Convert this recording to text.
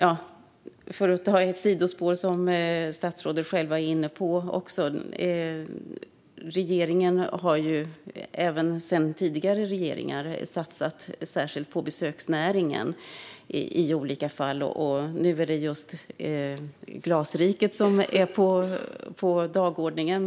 Apropå det sidospår som statsrådet var inne på har både nuvarande och tidigare regeringar satsat särskilt på vissa delar av besöksnäringen, och nu står just Glasriket på dagordningen.